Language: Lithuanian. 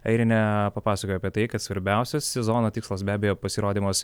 airinė papasakojo apie tai kad svarbiausias sezono tikslas be abejo pasirodymas